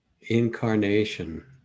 incarnation